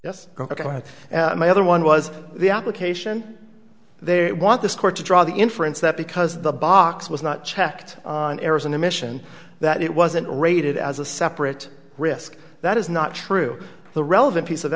ok my other one was the application they want this court to draw the inference that because the box was not checked on errors in the mission that it wasn't rated as a separate risk that is not true the relevant piece of